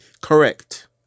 correct